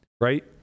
right